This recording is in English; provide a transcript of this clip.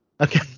Okay